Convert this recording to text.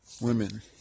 women